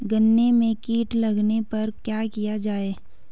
गन्ने में कीट लगने पर क्या किया जाये?